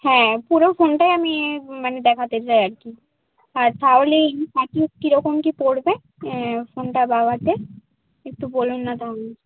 হ্যাঁ পুরো ফোনটাই আমি মানে দেখাতে চাই আর কি আর তাহলে আর কি কীরকম কী পড়বে অ্যাঁ ফোনটা বাগাতে একটু বলুন না তাহলে